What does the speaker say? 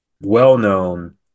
well-known